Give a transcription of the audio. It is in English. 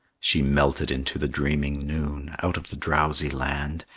she melted into the dreaming noon, out of the drowsy land,